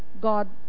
God